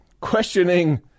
questioning